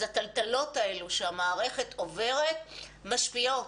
אז הטלטלות האלו שהמערכת עוברת משפיעות,